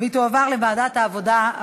ותועבר לוועדת העבודה,